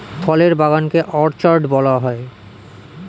ফলের বাগান কে অর্চার্ড বলা হয়